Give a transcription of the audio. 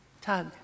tug